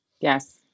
Yes